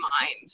mind